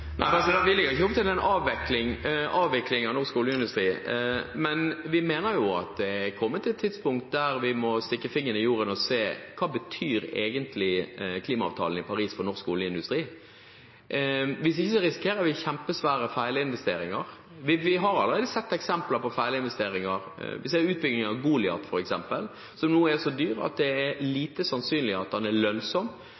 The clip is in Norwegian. Nei, vi legger ikke opp til en avvikling av norsk oljeindustri, men vi mener vi er kommet til et tidspunkt der vi må stikke fingeren i jorda og se hva klimaavtalen i Paris egentlig betyr for norsk oljeindustri. Hvis ikke risikerer vi kjempesvære feilinvesteringer. Vi har allerede sett eksempler på feilinvesteringer. Vi ser utbyggingen av Goliat-feltet, f.eks., som nå er så dyr at det er